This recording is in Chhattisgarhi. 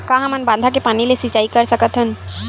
का हमन बांधा के पानी ले सिंचाई कर सकथन?